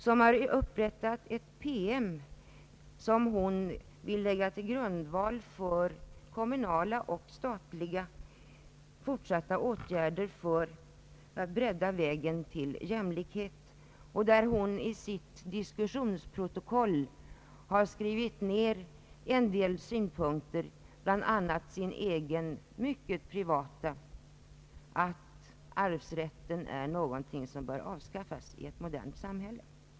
Hon har upprättat en PM som hon vill lägga till grundval för kommunala och statliga fortsatta åtgärder för att bredda vägen till jämlikhet. I sitt diskussionsprotokoll har hon skrivit ned en del synpunkter, bl.a. sin egen mycket privata idé att arvsrätten är något som bör avskaffas i ett modernt samhälle.